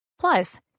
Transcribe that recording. Plus